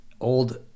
old